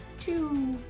two